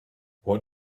what